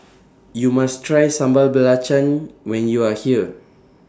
YOU must Try Sambal Belacan when YOU Are here